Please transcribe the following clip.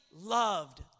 loved